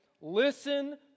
listen